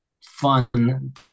fun